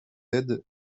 aides